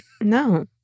No